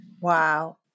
wow